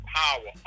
power